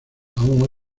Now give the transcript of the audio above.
aún